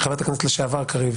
חברת הכנסת לשעבר קריב.